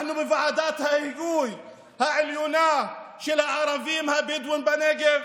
בוועדת ההיגוי העליונה של הערבים הבדואים בנגב